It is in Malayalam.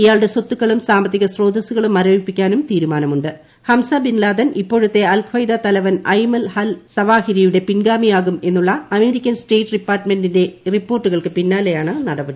ഇയാളുടെ സ്വത്തുക്കളും സാമ്പത്തിക സ്രോതസുകളും മരവിപ്പിക്കാനും തീരുമാനമു ഹംസ ബിൻ ലാദൻ ഇപ്പോഴത്തെ അൽ ഖയ്ദ തലവൻ അയ്മൻ അൽ സവാഹിരിയുടെ ്പിൻഗാമിയാകുമെന്നുള്ള അമേരിക്കൻ സ്റ്റേറ്റ് ഡിപ്പാർട്ട്മെന്റിന്റെ റിപ്പോട്ടുകൾക്ക് പിന്നാലെയാണ് നടപടി